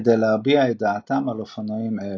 כדי להביע את דעתם על אופנועים אלה.